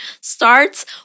starts